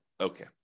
Okay